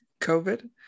covid